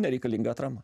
nereikalinga atrama